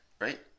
right